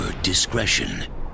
Discretion